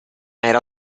era